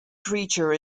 creature